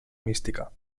mística